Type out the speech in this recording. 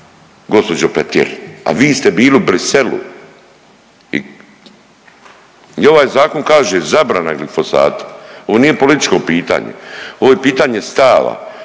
gđo. Petir, a vi ste bili u Briselu i ovaj zakon kaže zabrana glifosata. Ovo nije političko pitanje, ovo je pitanje stava,